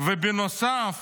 ובנוסף